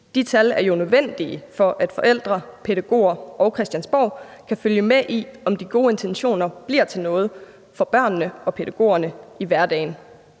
De tal er jo nødvendige for, at forældre, pædagoger og Christiansborg kan følge med i, om de gode intentioner bliver til noget for børnene og pædagogerne i hverdagen.